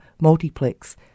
Multiplex